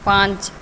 पाँच